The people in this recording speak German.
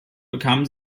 bekam